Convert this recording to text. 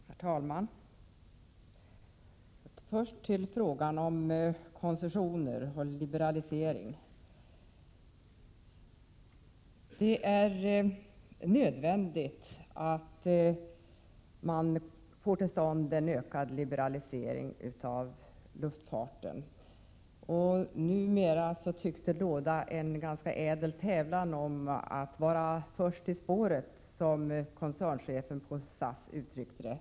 Herr talman! Först till frågan om koncessioner och liberalisering. Det är 4 maj 1988 nödvändigt att man får till stånd en ökad liberalisering av luftfarten, och Luftfart numera tycks det råda en ädel tävlan om att vara ”först i spåret”, som koncernchefen på SAS uttryckte det.